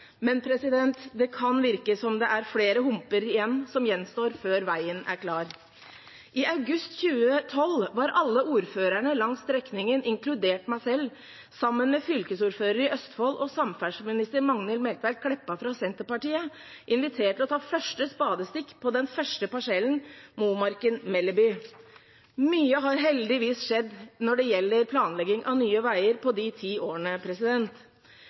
men det kan virke som om flere humper gjenstår før veien er klar. I august 2012 var alle ordførerne langs strekningen, inkludert meg selv, sammen med fylkesordføreren i Østfold og samferdselsminister Magnhild Meltveit Kleppa fra Senterpartiet, invitert til å ta første spadestikk på den første parsellen, Momarken–Melleby. Mye har heldigvis skjedd når det gjelder planlegging av nye veier på disse ti årene.